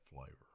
flavor